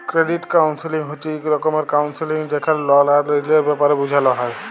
credit counselling হছে ইক রকমের কাউল্সেলিং যেখালে লল আর ঋলের ব্যাপারে বুঝাল হ্যয়